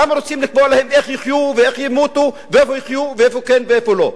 למה רוצים לקבוע להם איך יחיו ואיך ימותו ואיפה יחיו ואיפה כן ואיפה לא?